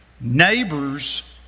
Neighbors